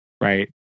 right